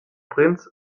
prince